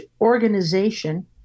organization